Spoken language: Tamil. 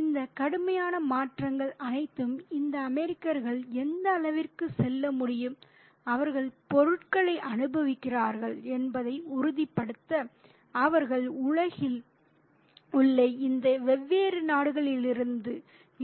இந்த கடுமையான மாற்றங்கள் அனைத்தும் இந்த அமெரிக்கர்கள் எந்த அளவிற்கு செல்ல முடியும் அவர்கள் பொருட்களை அனுபவிக்கிறார்கள் என்பதை உறுதிப்படுத்த அவர்கள் உலகில் உள்ள இந்த வெவ்வேறு நாடுகளிலிருந்து